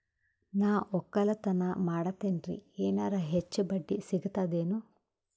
ನಾ ಒಕ್ಕಲತನ ಮಾಡತೆನ್ರಿ ಎನೆರ ಹೆಚ್ಚ ಬಡ್ಡಿ ಸಿಗತದೇನು?